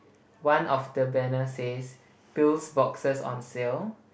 one of the banner says pills boxes on sale